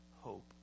hope